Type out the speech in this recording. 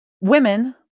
women